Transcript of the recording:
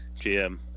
GM